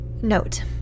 note